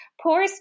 Poor